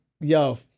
yo